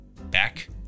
back